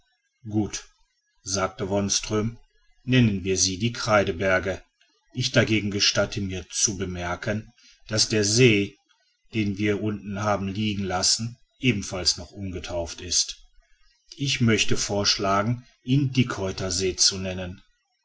gut sagte wonström nennen wir sie die kreideberge ich dagegen gestatte mir zu bemerken daß der see den wir unten haben liegen lassen ebenfalls noch ungetauft ist ich möchte vorschlagen ihn dickhäutersee zu nennen